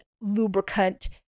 lubricant